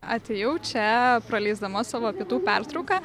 atėjau čia praleisdama savo pietų pertrauką